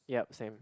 yup same